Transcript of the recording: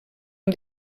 amb